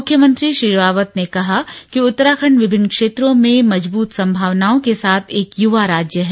मुख्यमंत्री श्री रावत ने कहा कि उत्तराखण्ड विभिन्न क्षेत्रों में मजबूत संभावनाओं के साथ एक युवा राज्य है